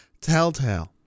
Telltale